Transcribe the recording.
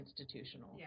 institutional